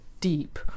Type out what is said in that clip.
deep